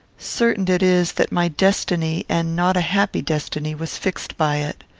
certain it is, that my destiny, and not a happy destiny, was fixed by it.